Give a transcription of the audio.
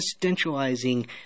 existentializing